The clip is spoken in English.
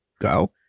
go